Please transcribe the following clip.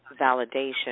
validation